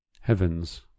Heavens